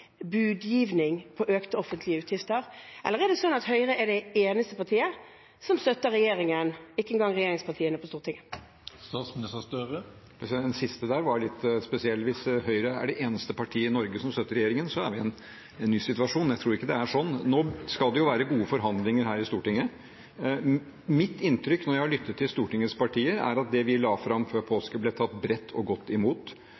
budgivning på økte offentlige utgifter? Eller er det sånn at Høyre er det eneste partiet som støtter regjeringen – ikke engang regjeringspartiene på Stortinget? Den siste der var litt spesiell. Hvis Høyre er det eneste partiet i Norge som støtter regjeringen, er vi i en ny situasjon. Jeg tror ikke det er sånn. Nå skal det være gode forhandlinger her i Stortinget. Mitt inntrykk, når jeg har lyttet til Stortingets partier, er at det vi la fram før påske, ble bredt tatt godt imot.